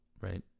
right